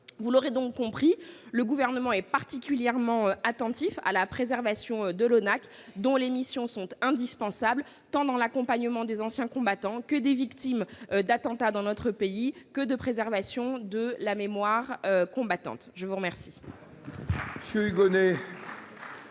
Vous l'aurez compris, le Gouvernement est particulièrement attentif à la préservation de l'ONAC-VG, dont les missions sont indispensables, qu'il s'agisse de l'accompagnement des anciens combattants et des victimes d'attentats dans notre pays ou de la préservation de la mémoire combattante. La parole